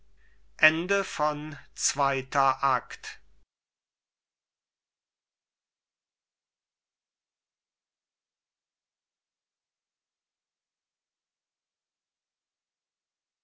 hinaus zweiter akt